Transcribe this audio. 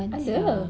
ada